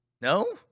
No